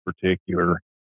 particular